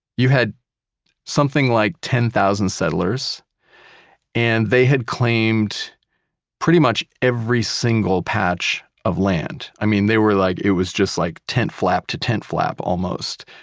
you had something like ten thousand settlers and they had claimed pretty much every single patch of land. i mean, they were like. it was just like, tent flap to tent flap almost.